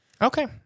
Okay